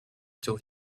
till